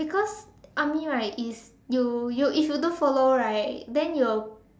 because army right is you you if you don't follow right then you'll